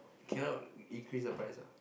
cannot increase the price